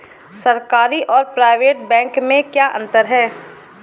सरकारी और private bank में क्या अंतर है?